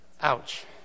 Ouch